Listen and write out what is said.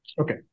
Okay